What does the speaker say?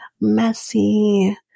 messy